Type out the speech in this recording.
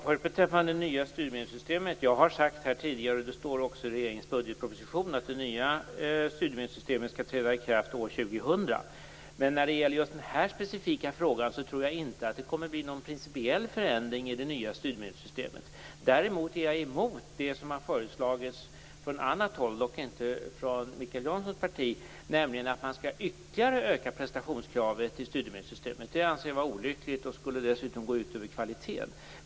Herr talman! Jag har sagt tidigare - och det står också i regeringens budgetproposition - att det nya studiemedelssystemet skall träda i kraft år 2000. När det gäller just den här specifika frågan tror jag inte att det kommer att bli någon principiell förändring i det nya studiemedelssystemet. Däremot är jag emot det som har föreslagits från annat håll - dock inte från Mikael Jansons parti - nämligen att man ytterligare skall öka prestationskravet i studiemedelssystemet. Det anser jag skulle vara olyckligt. Dessutom skulle det gå ut över kvaliteten.